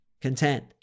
content